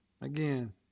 Again